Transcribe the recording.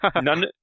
None